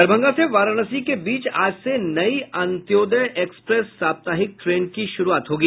दरभंगा से वाराणसी के बीच आज से नई अंत्योदय एक्सप्रेस साप्ताहिक ट्रेन की शुरूआत होगी